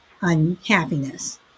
unhappiness